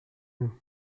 nous